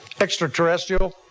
Extraterrestrial